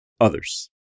others